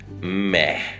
meh